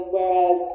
Whereas